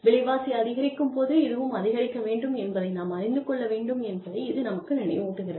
விலைவாசி அதிகரிக்கும் போது இதுவும் அதிகரிக்க வேண்டும் என்பதை நாம் அறிந்து கொள்ள வேண்டும் என்பதை இது நமக்கு நினைவூட்டுகிறது